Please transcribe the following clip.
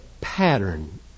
pattern